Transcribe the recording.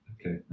Okay